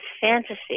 fantasy